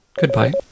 Goodbye